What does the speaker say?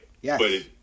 Yes